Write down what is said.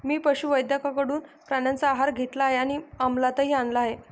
मी पशुवैद्यकाकडून प्राण्यांचा आहार घेतला आहे आणि अमलातही आणला आहे